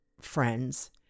friends